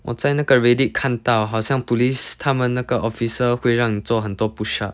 我在那个 reddit 看到好像 police 他们那个 officer 会让你做很多 push up